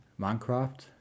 Minecraft